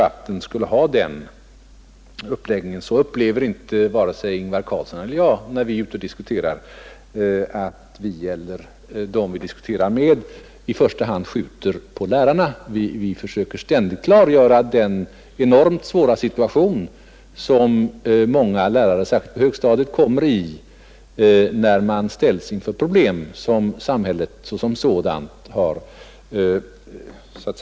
Varken Ingvar Carlsson eller jag upplever saken så, när vi är ute och diskuterar, att de personer vi diskuterar med i första hand skjuter på lärarna. Vi försöker ständigt klargöra den enormt svåra situation som många lärare, särskilt på högstadiet, kommer i när de ställs inför problem som samhället såsom sådant har skapat.